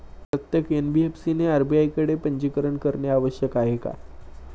प्रत्येक एन.बी.एफ.सी ने आर.बी.आय कडे पंजीकरण करणे आवश्यक आहे का?